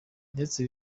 ndetse